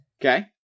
Okay